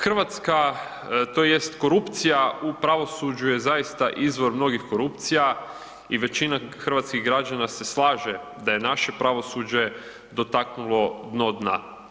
Hrvatska, tj. korupcija u pravosuđu je zaista izvor mnogih korupcija i većina hrvatskih građana se slaže da je naše pravosuđe dotaknulo dno dna.